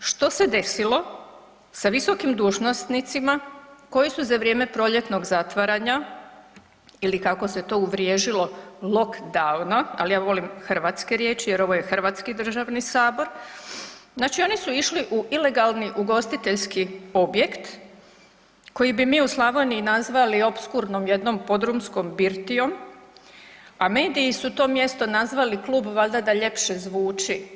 Što se desilo sa visokim dužnosnicima koji su za vrijeme proljetnog zatvaranja ili kako se to uvriježilo lockdowna, ali ja volim hrvatske riječi jer ovo je Hrvatski državni sabor, znači oni su išli u ilegalni ugostiteljski objekt koji bi mi u Slavoniji nazvali opskurdnom jednom podrumskom birtijom, a mediji su to mjesto nazvali klub valjda da ljepše zvuči?